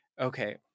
Okay